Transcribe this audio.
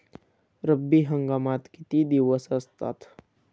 रब्बी हंगामात किती दिवस असतात?